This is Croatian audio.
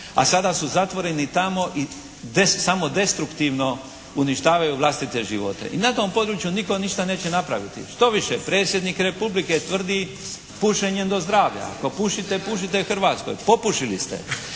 a sada su zatvoreni tamo i samodestruktivno uništavaju vlastite živote. I na tom području nitko ništa neće napraviti. Štoviše predsjednik Republike tvrdi pušenjem do zdravlja. Ako pušite pušite hrvatsko. Popušili ste.